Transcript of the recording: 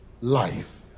life